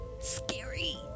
scary